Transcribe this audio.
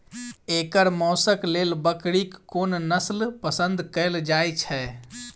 एकर मौशक लेल बकरीक कोन नसल पसंद कैल जाइ छै?